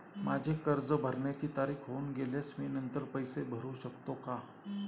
माझे कर्ज भरण्याची तारीख होऊन गेल्यास मी नंतर पैसे भरू शकतो का?